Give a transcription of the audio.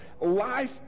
Life